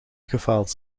gefaald